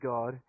God